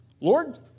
Lord